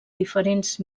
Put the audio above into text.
diferents